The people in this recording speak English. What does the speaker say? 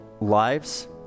lives